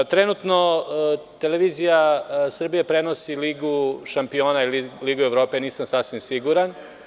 Trenutno televizija Srbije prenosi ligu šampiona ili ligu Evrope, nisam sasvim siguran.